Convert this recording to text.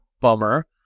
bummer